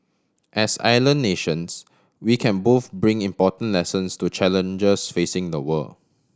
as island nations we can both bring important lessons to challenges facing the world